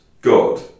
God